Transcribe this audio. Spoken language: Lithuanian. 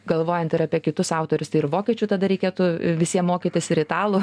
galvojant ir apie kitus autorius tai ir vokiečių tada reikėtų visiem mokytis ir italų